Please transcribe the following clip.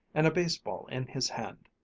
and a baseball in his hand.